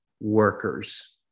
workers